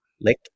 lick